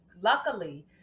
Luckily